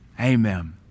Amen